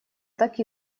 так